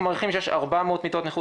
מעריכים שיש 400 מיטות מחוץ לרישיון.